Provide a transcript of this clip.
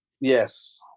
yes